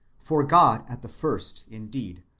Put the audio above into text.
for god at the first, indeed,